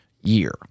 year